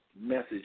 message